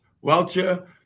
Welcher